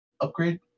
upgrade